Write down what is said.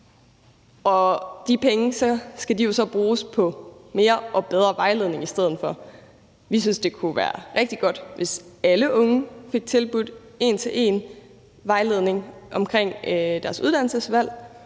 skal jo så bruges på mere og bedre vejledning i stedet for. Vi synes, det kunne være rigtig godt, hvis alle unge fik tilbudt en til en-vejledning om deres uddannelsesvalg,